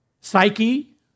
psyche